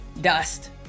dust